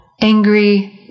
angry